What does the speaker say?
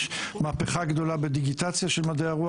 שיש מהפכה גדולה בדיגיטציה של מדעי הרוח